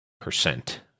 percent